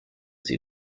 sie